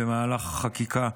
במהלך החקיקה,